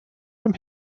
from